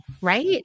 right